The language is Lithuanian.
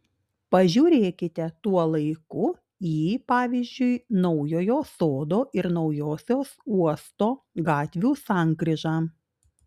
pažiūrėkite tuo laiku į pavyzdžiui naujojo sodo ir naujosios uosto gatvių sankryžą